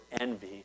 envy